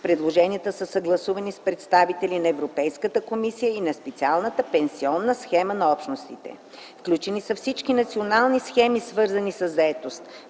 Предложенията са съгласувани с представители на Европейската комисия и на специалната пенсионна схема на Общностите. Включени са всички национални схеми, свързани със заетост